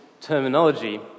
terminology